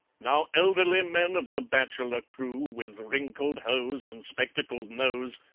now, elderly men of the bachelor crew, with wrinkled hose and spectacled nose,